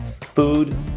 food